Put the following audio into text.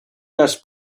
las